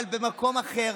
אבל במקום אחר,